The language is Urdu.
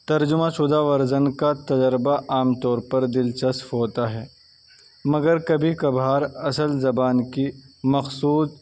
ترجمہ شدہ ورژن کا تجربہ عام طور پر دلچسپ ہوتا ہے مگر کبھی کبھار اصل زبان کی مخصوص